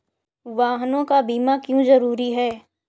वाहनों का बीमा क्यो जरूरी है?